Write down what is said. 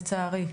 לצערי.